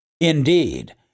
Indeed